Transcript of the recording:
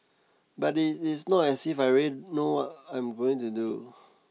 but it it's not as if I really know what I'm going to do